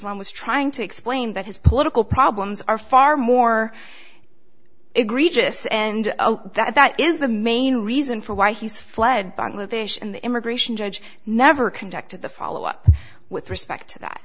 m was trying to explain that his political problems are far more egregious and that that is the main reason for why he's fled bangladesh and the immigration judge never conducted the follow up with respect to that